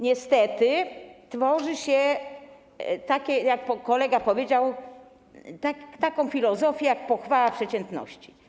Niestety tworzy się, jak kolega powiedział, taką filozofię jak pochwała przeciętności.